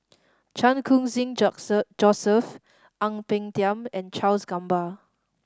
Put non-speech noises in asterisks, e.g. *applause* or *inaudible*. Chan Khun Sing *unintelligible* Joseph Ang Peng Tiam and Charles Gamba